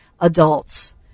adults